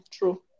True